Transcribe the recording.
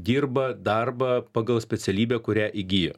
dirba darbą pagal specialybę kurią įgijo